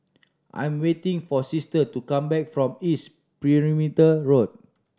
I'm waiting for Sister to come back from East Perimeter Road